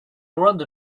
around